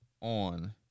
on